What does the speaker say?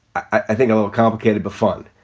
i think, a little complicated to fund.